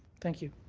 thank you.